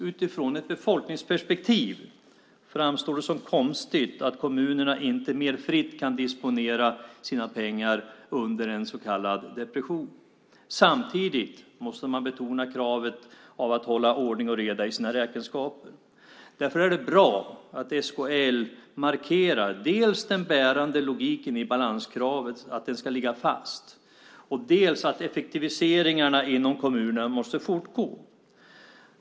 Utifrån ett befolkningsperspektiv framstår det som konstigt att kommunerna inte mer fritt kan disponera sina pengar under en så kallad depression. Samtidigt måste man betona kravet på att hålla ordning och reda i sina räkenskaper. Därför är det bra att SKL markerar dels att den bärande logiken i balanskravet ska ligga fast, dels att effektiviseringarna i kommunerna måste fortgå.